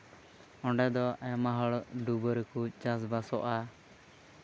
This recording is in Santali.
ᱚᱸᱰᱮ ᱫᱚ ᱟᱭᱢᱟ ᱦᱚᱲ ᱰᱩᱵᱟᱹ ᱨᱮᱠᱚ ᱪᱟᱥ ᱵᱟᱥᱚᱜᱼᱟ